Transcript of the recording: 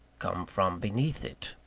come from beneath it.